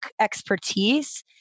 expertise